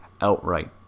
outright